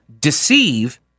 deceive